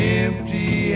empty